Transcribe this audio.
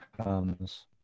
comes